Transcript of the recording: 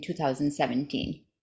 2017